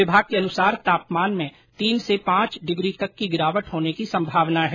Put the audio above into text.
विभाग के अनुसार तापमान में तीन से पांच डिग्री तक की गिरावट होने की संभावना है